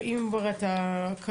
אם כבר אתה כאן,